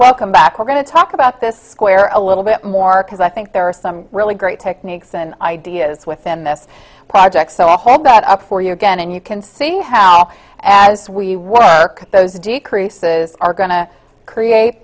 welcome back we're going to talk about this where a little bit more because i think there are some really great techniques and ideas within this project so i hold that up for you again and you can see how as we work those decreases are going to create